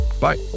Bye